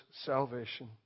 salvation